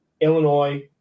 Illinois